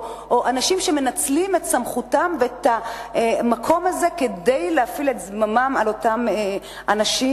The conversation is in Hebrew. או אנשים שמנצלים את סמכותם ואת המקום הזה כדי לבצע את זממם באותם אנשים